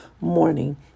morning